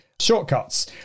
shortcuts